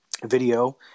video